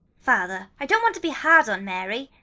father, i don't want to be hard on mary,